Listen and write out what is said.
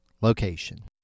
location